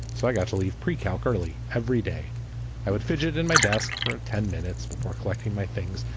so i got to leave pre-calc early every day i would fidget in my desk for ten minutes before collecting my things.